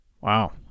Wow